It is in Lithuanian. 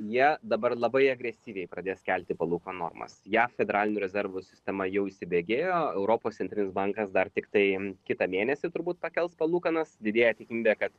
jie dabar labai agresyviai pradės kelti palūkanų normas jav federalinių rezervų sistema jau įsibėgėjo europos centrinis bankas dar tiktai kitą mėnesį turbūt pakels palūkanas didėja tikimybė kad